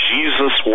Jesus